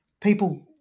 people